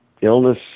illness